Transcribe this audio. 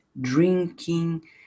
drinking